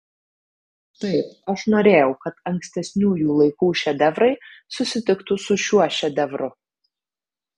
taip aš norėjau kad ankstesniųjų laikų šedevrai susitiktų su šiuo šedevru